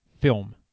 film